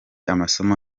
amasomo